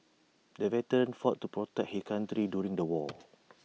the veteran fought to protect his country during the war